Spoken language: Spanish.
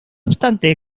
obstante